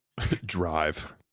Drive